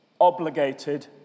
obligated